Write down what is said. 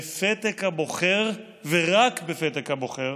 בפתק הבוחר ורק בפתק הבוחר,